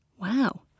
Wow